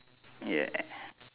yeah